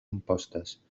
impostes